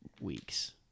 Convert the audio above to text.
weeks